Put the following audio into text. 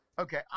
Okay